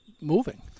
moving